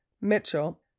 Mitchell